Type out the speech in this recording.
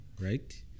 Right